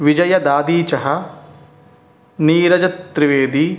विजयदादीचः Neeraj Trivedi